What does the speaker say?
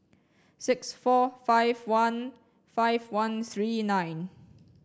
six four five one five one three nine